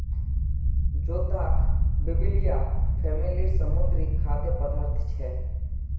जोदाक बिब्लिया फॅमिलीर समुद्री खाद्य पदार्थ छे